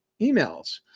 emails